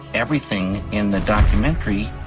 everything in the documentary.